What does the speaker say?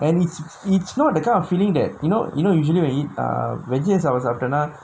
and it's it's not that kind of feeling that you know you know usually when you eat ah vegetarian சாப்பாடு சாப்டேனா:saapaadu saaptaenaa